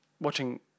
watching –